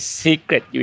secret